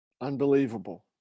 Unbelievable